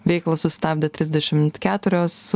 veiklą sustabdė trisdešimt keturios